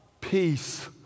peace